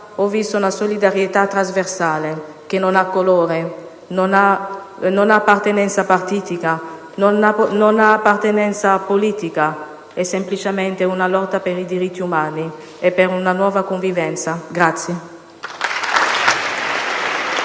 ho visto una solidarietà trasversale, che non ha colore, non ha appartenenza partitica, non ha appartenenza politica. È semplicemente una lotta per i diritti umani e per una nuova convivenza.